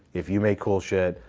if you make cool shit,